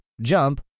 jump